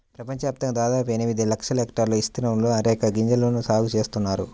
ప్రపంచవ్యాప్తంగా దాదాపు ఎనిమిది లక్షల హెక్టార్ల విస్తీర్ణంలో అరెక గింజల సాగు చేస్తున్నారు